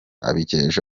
abikesha